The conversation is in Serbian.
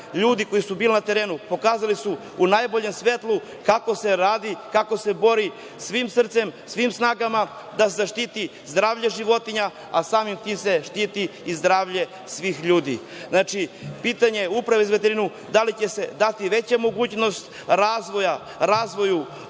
ljudi koji su bili na terenu pokazali su u najboljem svetlu kako se radi, kako se bori svim srcem, svim snagama da se zaštiti zdravlje životinja, a samim tim se štiti i zdravlje svih ljudi. Pitanje je – da li će se Upravi za veterinu dati veća mogućnost razvoja veterinarske